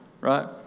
right